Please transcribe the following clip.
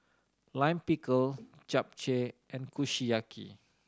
Lime Pickle Japchae and Kushiyaki